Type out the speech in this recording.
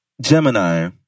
Gemini